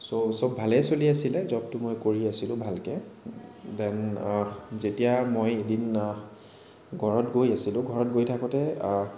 চ' চব ভালেই চলি আছিল জবটো মই কৰি আছিলোঁ ভালকৈ দেন যেতিয়া মই এদিন ঘৰত গৈ আছিলোঁ ঘৰত গৈ থাকোঁতে